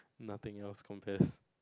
nothing else compares